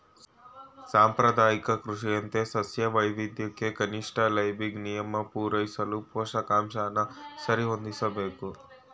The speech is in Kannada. ಸಾಂಪ್ರದಾಯಿಕ ಕೃಷಿಯಂತೆ ಸಸ್ಯ ವೈವಿಧ್ಯಕ್ಕೆ ಕನಿಷ್ಠ ಲೈಬಿಗ್ ನಿಯಮ ಪೂರೈಸಲು ಪೋಷಕಾಂಶನ ಸರಿಹೊಂದಿಸ್ಬೇಕು